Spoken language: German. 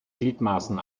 gliedmaßen